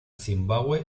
zimbabue